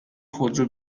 خودرو